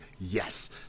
yes